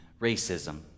racism